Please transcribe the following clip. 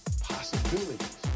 possibilities